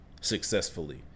successfully